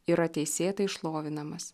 yra teisėtai šlovinamas